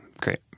great